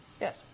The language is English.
Yes